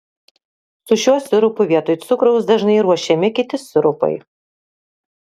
su šiuo sirupu vietoj cukraus dažnai ruošiami kiti sirupai